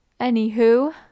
anywho